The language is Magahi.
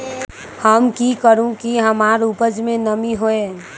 हम की करू की हमार उपज में नमी होए?